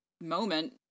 moment